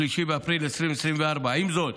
3 באפריל 2024. עם זאת,